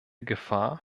gefahr